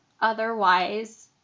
otherwise